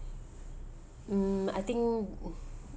um I think